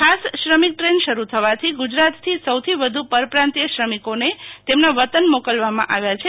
ખાસ શ્રમિક દ્રેન શરૂ થવાથી ગુજરાત થી સૌથી વધુ પરપ્રાંતીય શ્રમિકોને તેમના વતન મોકલવામાં આવ્યા છે